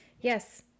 Yes